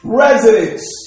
residents